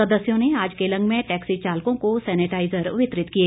सदस्यों ने आज केलंग में टैक्सी चालकों को सेनेटाईजर वितरित किए